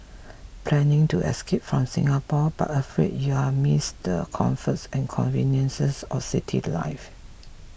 planning to escape from Singapore but afraid you'll miss the comforts and conveniences of city life